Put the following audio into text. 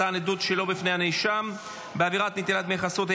מתן עדות שלא בפני הנאשם בעבירת נטילת דמי חסות),